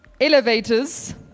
elevators